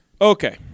Okay